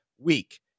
Week